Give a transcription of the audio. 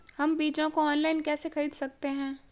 हम बीजों को ऑनलाइन कैसे खरीद सकते हैं?